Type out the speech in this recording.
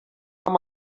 amb